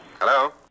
Hello